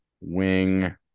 wing